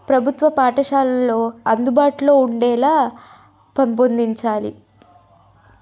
ప్రభుత్వ పాఠశాలలో అందుబాటులో ఉండేలా పెంపొందించాలి